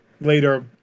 later